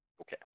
Okay